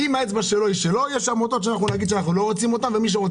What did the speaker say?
אם האצבע היא של חבר הכנסת אז יש עמותות שאנחנו לא רוצים ומי שרוצה